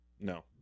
No